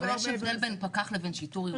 אבל יש הבדל בין פקח לבין שיטור עירוני.